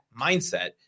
mindset